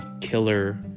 killer